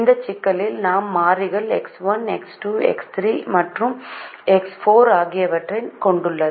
இந்தசிக்கல் நான்கு மாறிகள் x 1 x 2 x 3 மற்றும் எக்ஸ் 4 ஆகியவற்றைக் கொண்டுள்ளது